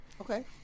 Okay